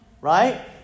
Right